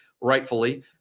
rightfully